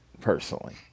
personally